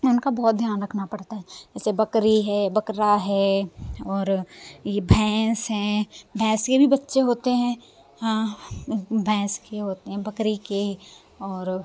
तो उनका बहुत ध्यान रखना पड़ता है जैसे बकरी है बकरा है और ये भैंस है भैंस के भी बच्चे होते हैं हाँ भैंस के होते हैं बकरी के और